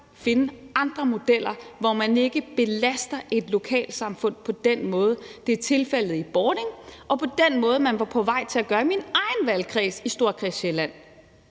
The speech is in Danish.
finde andre modeller, hvor man ikke belaster et lokalsamfund på den måde, det er tilfældet i Bording, og på den måde, man var på vej til at gøre i min egen valgkreds, Storkreds Sjælland,